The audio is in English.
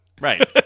Right